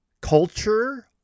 culture